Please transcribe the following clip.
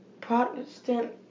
Protestant